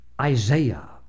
Isaiah